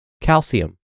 calcium